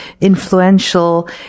influential